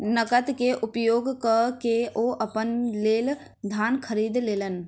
नकद के उपयोग कअ के ओ अपना लेल धान खरीद लेलैन